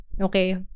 Okay